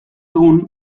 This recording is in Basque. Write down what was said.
egun